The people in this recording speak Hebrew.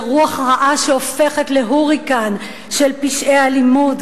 לרוח רעה שהופכת להוריקן של פשעי אלימות,